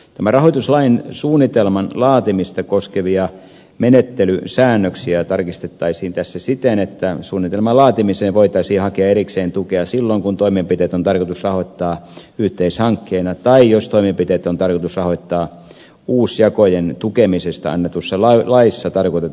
tämän rahoituslain suunnitelman laatimista koskevia menettelysäännöksiä tarkistettaisiin tässä siten että suunnitelman laatimiseen voitaisiin hakea erikseen tukea silloin kun toimenpiteet on tarkoitus rahoittaa yhteishankkeena tai jos toimenpiteet on tarkoitus rahoittaa uusjakojen tukemisesta annetussa laissa tarkoitetuin varoin